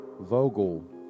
Vogel